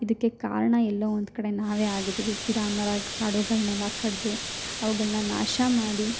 ಇದಕ್ಕೆ ಕಾರಣ ಎಲ್ಲೋ ಒಂದು ಕಡೆ ನಾವೇ ಆಗಿದ್ದೀವಿ ಗಿಡ ಮರ ಕಾಡುಗಳನ್ನೆಲ್ಲ ಕಡಿದು ಅವುಗಳನ್ನ ನಾಶ ಮಾಡಿ